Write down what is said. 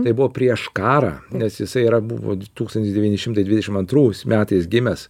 tai buvo prieš karą nes jisai yra buvo tūkstantis devyni šimtai dvidešim antrų jis metais gimęs